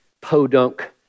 podunk